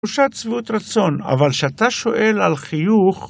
תחושת שביעות רצון. אבל שאתה שואל על חיוך